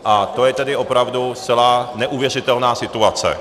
A to je tedy opravdu zcela neuvěřitelná situace.